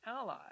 ally